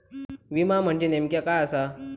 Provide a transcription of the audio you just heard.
विमा म्हणजे नेमक्या काय आसा?